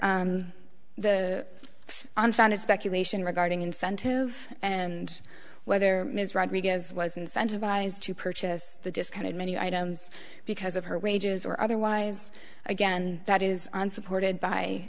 the unfounded speculation regarding incentive and whether ms rodriguez was incentivized to purchase the discounted many items because of her wages or otherwise again that is unsupported by